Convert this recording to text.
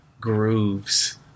grooves